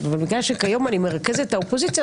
בגלל שכיום אני מרכזת האופוזיציה,